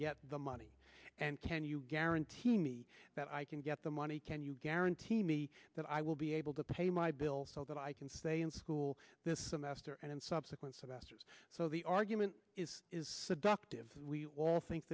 get the money and can you guarantee me that i can get the money can you guarantee me that i will be able to pay my bill so that i can stay in school this semester and in subsequent successors so the argument is is seductive we all think